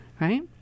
Right